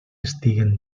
estiguen